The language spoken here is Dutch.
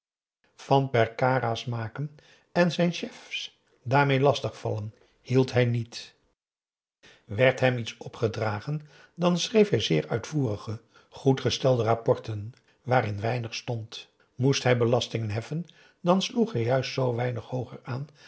ding van perkara's maken en zijn chefs daarmeê lastig vallen hield hij niet werd hem iets opgedragen dan schreef hij zeer uitvoerige goed gestelde rapporten waarin weinig stond moest hij belastingen heffen dan sloeg hij juist zoo weinig hooger aan